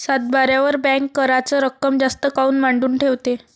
सातबाऱ्यावर बँक कराच रक्कम जास्त काऊन मांडून ठेवते?